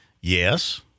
yes